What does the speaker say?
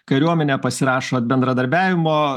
kariuomenė pasirašo bendradarbiavimo